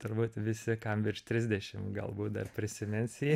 turbūt visi kam virš trisdešim galbūt dar prisimins jį